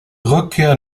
rückkehr